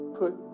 put